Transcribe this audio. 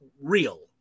real